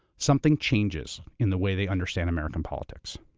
something changes in the way they understand american politics.